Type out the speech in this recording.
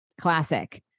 classic